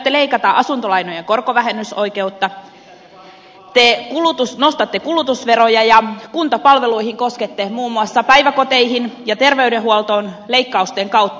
te aiotte leikata asuntolainojen korkovähennysoikeutta te nostatte kulutusveroja ja kuntapalveluihin muun muassa päiväkoteihin ja terveydenhuoltoon koskette leikkausten kautta